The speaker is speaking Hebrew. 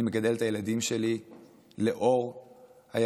אני מגדל את הילדים שלי לאור היהדות,